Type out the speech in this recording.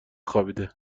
خوابیده